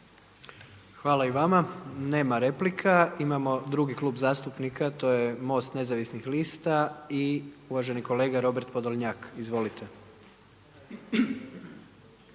Hvala. Nema replika. Imamo drugi klub zastupnika, to je MOST nezavisnih lista i uvaženi kolega Robert Podolnjak. Izvolite.